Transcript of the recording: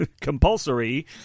compulsory